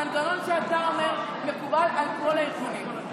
המנגנון שאתה אומר מקובל על כל הארגונים.